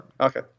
Okay